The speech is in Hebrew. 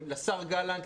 לשר גלנט,